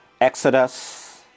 Exodus